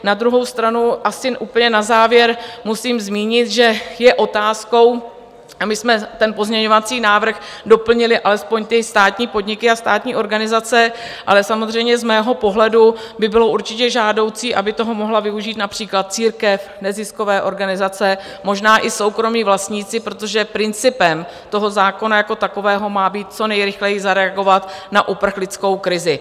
Na druhou stranu asi úplně na závěr musím zmínit, že je otázkou my jsme ten pozměňovací návrh doplnili alespoň o ty státní podniky a státní organizace, ale samozřejmě z mého pohledu by bylo určitě žádoucí, aby toho mohla využít například církev, neziskové organizace, možná i soukromí vlastníci, protože principem toho zákona jako takového má být co nejrychleji zareagovat na uprchlickou krizi.